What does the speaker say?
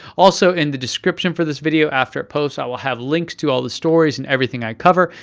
also, in the description for this video after it posts, i will have links to all the stories and everything i cover,